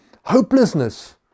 hopelessness